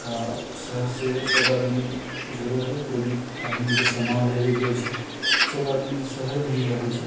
आओर शहरसँ सब आदमी जुड़ल हइ कोइ भी आदमीके समान लेबैके होइ छै सब आदमी शहरमे ही अबै छै